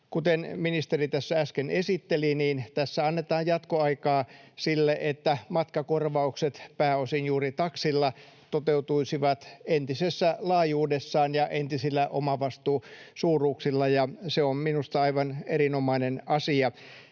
Kuten ministeri tässä äsken esitteli, niin tässä annetaan jatkoaikaa sille, että matkakorvaukset, pääosin juuri taksilla, toteutuisivat entisessä laajuudessaan ja entisillä omavastuusuuruuksilla, ja se on minusta aivan erinomainen asia.